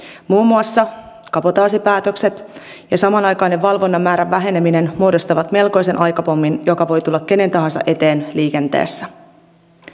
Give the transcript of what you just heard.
muun muassa kabotaasipäätökset ja samanaikainen valvonnan määrän väheneminen muodostavat melkoisen aikapommin joka voi tulla kenen tahansa eteen liikenteessä